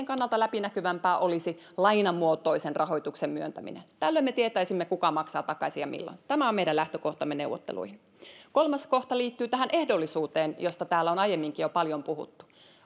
kannalta läpinäkyvämpää olisi lainamuotoisen rahoituksen myöntäminen tällöin me tietäisimme kuka maksaa takaisin ja milloin tämä on meidän lähtökohtamme neuvotteluihin kolmas kohta liittyy tähän ehdollisuuteen josta täällä on aiemminkin jo paljon puhuttu